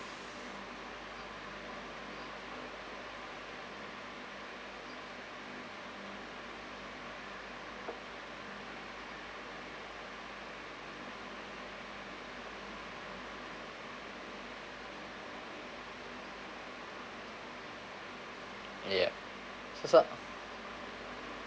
yup so so